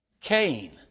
Cain